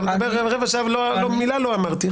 אתה מדבר רבע שעה ומילה לא אמרתי.